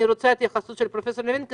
אני רוצה לשמוע התייחסות של פרופ' לוין לכך